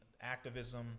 activism